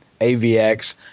AVX